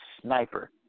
sniper